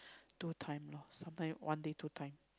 two time lor sometime one day two time